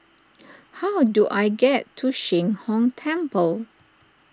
how do I get to Sheng Hong Temple